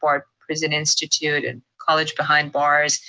board prison institute and college behind bars,